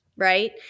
Right